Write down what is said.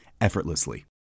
effortlessly